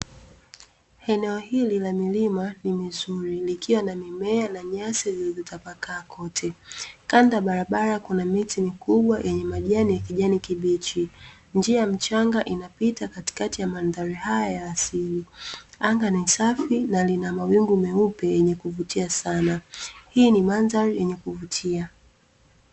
Eneo hili la milima ni mizuri, likiwa na mimea na nyasi zilizotapakaa kote. Kando ya barabara kuna miti mikubwa yenye majani ya kijani kibichi. Njia ya mchanga inapita katikati ya mandhari haya ya asili. Anga ni safi na lina wawingu meupe yenye kuvutia sana. Hii ni mandhari yenye kuvutia.